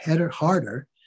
harder